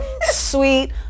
sweet